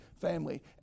family